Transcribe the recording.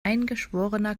eingeschworener